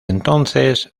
entonces